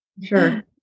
Sure